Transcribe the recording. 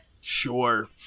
Sure